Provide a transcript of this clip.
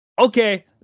okay